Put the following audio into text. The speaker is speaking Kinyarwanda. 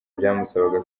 byamusabaga